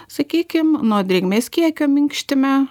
sakykim nuo drėgmės kiekio minkštime